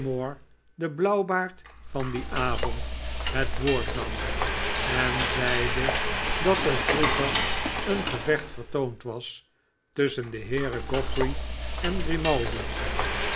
de blauwbaard van dien avond met woord nam en zeide dat er vroeger een gevecht vertoond was tusschendeheeren goffry en